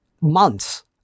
months